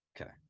Okay